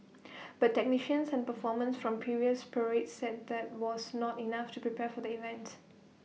but technicians and performers from previous parades said that was not enough to prepare for the event